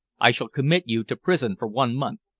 i shall commit you to prison for one month.